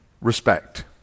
respect